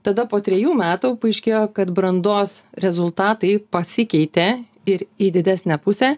tada po trejų metų paaiškėjo kad brandos rezultatai pasikeitė ir į didesnę pusę